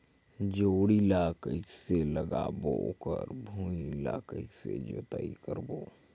जोणी ला कइसे लगाबो ओकर भुईं ला कइसे जोताई करबो?